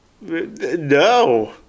No